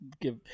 give –